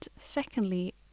secondly